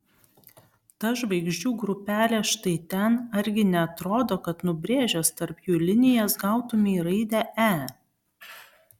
ta žvaigždžių grupelė štai ten argi neatrodo kad nubrėžęs tarp jų linijas gautumei raidę e